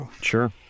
Sure